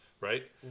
Right